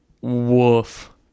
Woof